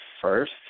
first